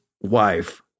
wife